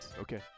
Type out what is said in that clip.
Okay